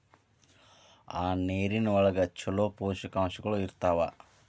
ಆ ನೇರಿನ ಒಳಗ ಚುಲೋ ಪೋಷಕಾಂಶಗಳು ಇರ್ತಾವ